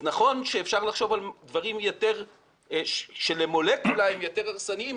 אז נכון שאפשר לחשוב על דברים שלמולקולה הם יותר הרסניים,